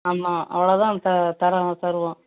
ஆமாம் அவ்ளோதான் த தர தருவோம்